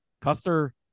Custer